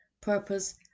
purpose